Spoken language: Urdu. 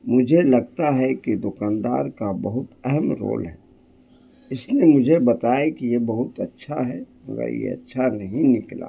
مجھے لگتا ہے کہ دکاندار کا بہت اہم رول ہے اس نے مجھے بتائے کہ یہ بہت اچھا ہے مگر یہ اچھا نہیں نکلا